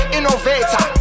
Innovator